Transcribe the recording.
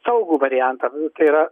saugų variantą tai yra